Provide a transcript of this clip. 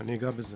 אני אגע בזה.